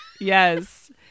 Yes